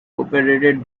operated